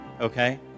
Okay